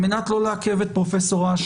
על מנת לא לעכב את פרופ' אש,